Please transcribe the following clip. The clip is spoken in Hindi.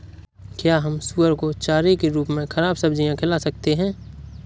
क्या हम सुअर को चारे के रूप में ख़राब सब्जियां खिला सकते हैं?